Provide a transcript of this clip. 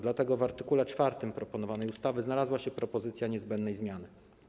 Dlatego w art. 4 proponowanej ustawy znalazła się propozycja niezbędnej zmiany.